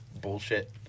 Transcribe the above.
bullshit